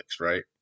right